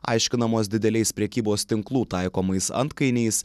aiškinamos dideliais prekybos tinklų taikomais antkainiais